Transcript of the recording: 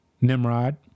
Nimrod